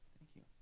thank you.